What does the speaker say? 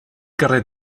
carrer